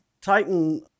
Titan